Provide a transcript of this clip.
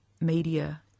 media